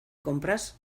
compras